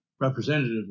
representative